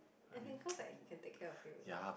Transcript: as in cause like he can take care of you then